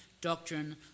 doctrine